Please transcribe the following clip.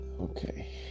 okay